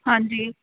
ਹਾਂਜੀ